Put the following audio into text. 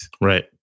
Right